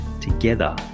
Together